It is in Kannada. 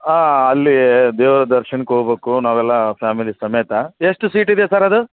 ಹಾಂ ಅಲ್ಲೀ ದೇವರ ದರ್ಶನಕ್ಕೆ ಹೋಗ್ಬಕು ನಾವೆಲ್ಲಾ ಫ್ಯಾಮಿಲಿ ಸಮೇತ ಎಷ್ಟು ಸೀಟ್ ಇದೆ ಸರ್ ಅದು